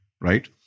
right